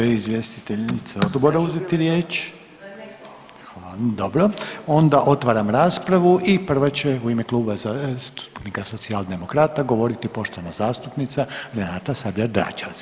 Želi li izvjestiteljica odbora uzeti riječ? [[Upadica iz klupe: Ne, hvala]] Dobro, onda otvaram raspravu i prva će u ime Kluba zastupnika Socijaldemokrata govoriti poštovana zastupnica Renata Sabljar Dračevac.